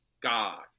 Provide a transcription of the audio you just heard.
god